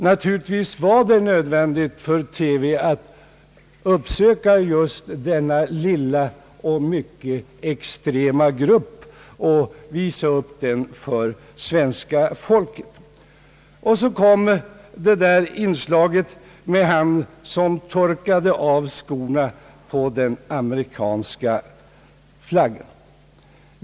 Naturligtvis var det nödvändigt för TV att uppsöka just denna lilla mycket extrema grupp och visa upp den för svenska folket. Så kom inslaget med honom som torkade av skorna på den amerikanska flaggan.